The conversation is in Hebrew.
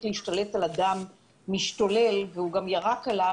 להשתלט על אדם משתולל שגם ירק על השוטר,